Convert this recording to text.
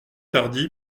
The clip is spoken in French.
tardy